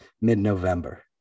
mid-November